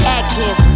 active